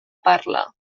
parla